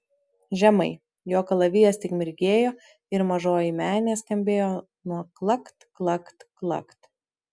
žemai jo kalavijas tik mirgėjo ir mažoji menė skambėjo nuo klakt klakt klakt